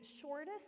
shortest